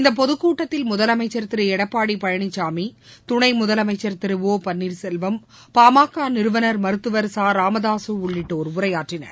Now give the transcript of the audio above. இந்த பொதுக் கூட்டத்தில் முதலமைச்சர் திரு எடப்பாடி பழனிசாமி துணை முதலமைச்சர் திரு ஒ பள்ளீர்செல்வம் பாமக நிறுவனமர் மருத்துவர் ச ராமதாசு உள்ளிட்டோர் உரையாற்றினர்